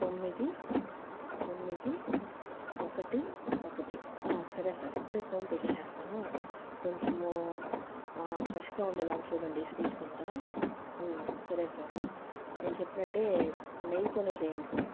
తొమ్మిది తొమ్మిది ఒకటి ఒకటి సరే సార్ ఇప్పుడే ఫోన్ పే చేస్తాను కొంచెము ఫ్రెష్గా ఉండేలాగా చూడండి స్వీట్స్ అంతా సరే సార్ నేను చెప్పినట్టే నెయ్యితోనే చెయ్యండి సార్ థ్యాంక్ యూ సార్